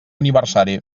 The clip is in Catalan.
aniversari